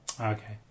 Okay